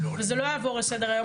וזה לא יעבור לסדר-היום,